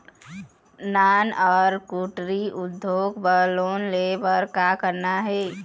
नान अउ कुटीर उद्योग बर लोन ले बर का करना हे?